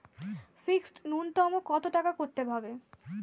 Fixed নুন্যতম কত টাকা করতে হবে?